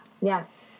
Yes